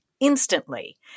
instantly